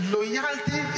Loyalty